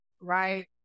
right